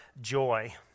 joy